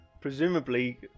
presumably